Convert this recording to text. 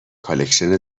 کالکشن